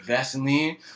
Vaseline